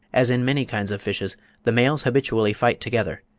as in many kinds of fishes the males habitually fight together,